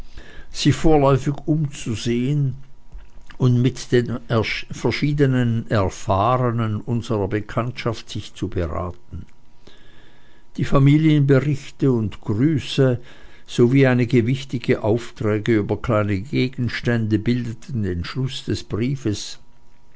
sie sich vorläufig umzusehen und mit den verschiedenen erfahrenen unserer bekanntschaft sich zu beraten die familien berichte und grüße sowie einige wichtige aufträge über kleine gegenstände bildeten den schluß des briefes